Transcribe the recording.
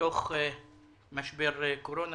בתוך משבר קורונה,